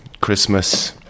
christmas